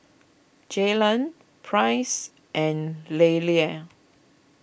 Jaylan Price and Lelia